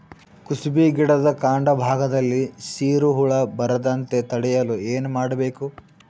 ಕುಸುಬಿ ಗಿಡದ ಕಾಂಡ ಭಾಗದಲ್ಲಿ ಸೀರು ಹುಳು ಬರದಂತೆ ತಡೆಯಲು ಏನ್ ಮಾಡಬೇಕು?